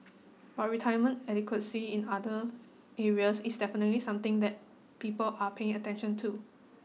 but retirement adequacy in other areas is definitely something that people are paying attention to